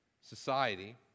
society